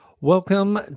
Welcome